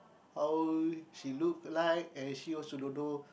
how she look like and she also don't know